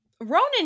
Ronan